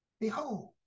Behold